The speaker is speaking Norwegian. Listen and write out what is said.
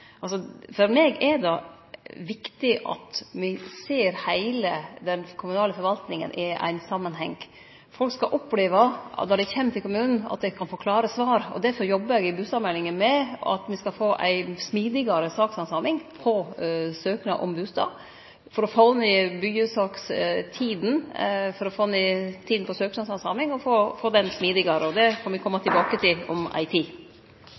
For meg er det viktig at me ser heile den kommunale forvaltinga i samanheng. Folk skal oppleve når dei kjem til kommunen, at dei kan få klare svar. Derfor jobbar eg i bustadmeldinga med at me skal få ei smidigare sakshandsaming på søknad om bustad for å få ned byggjesakstida, for å få ned tida på søknadshandsaminga og få ho smidigare. Det får me kome tilbake til om ei tid.